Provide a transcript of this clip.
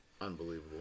Unbelievable